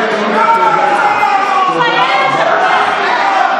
(חבר הכנסת איימן עודה יוצא מאולם המליאה.) חבר הכנסת עודה,